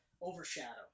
overshadow